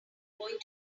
going